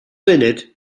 funud